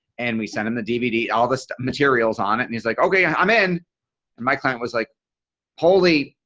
and we sent him the dvd all the so materials on it and he's like ok i'm in and my client was like holy.